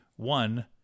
One